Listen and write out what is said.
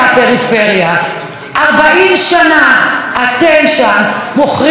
40 שנה אתם שם מוכרים לנו שאתם מטפלים בפריפריה,